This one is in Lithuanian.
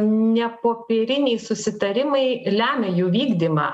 ne popieriniai susitarimai lemia jų vykdymą